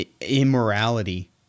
immorality